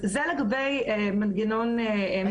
זה לגבי מנגנון מבחני התמיכה.